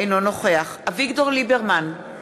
אינו נוכח אביגדור ליברמן,